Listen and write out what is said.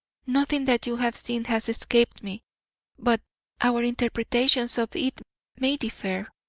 nothing that you have seen has escaped me but our interpretations of it may differ.